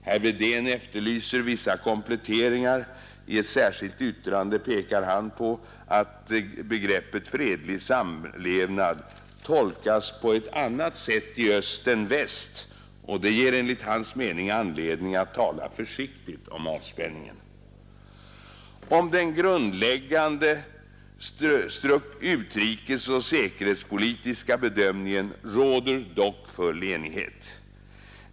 Herr Wedén efterlyser vissa kompletteringar; i ett särskilt yttrande pekar han på att begreppet fredlig samlevnad tolkas på annat sätt i öst än i väst, och det ger enligt hans mening anledning att tala försiktigt om avspänningen. Om den grundläggande utrikesoch säkerhetspolitiska bedömningen råder dock full enighet.